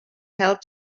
held